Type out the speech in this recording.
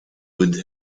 would